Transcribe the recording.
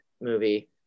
movie